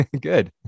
Good